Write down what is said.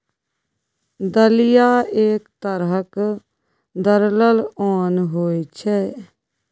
दलिया एक तरहक दरलल ओन होइ छै